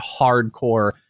hardcore